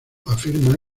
afirma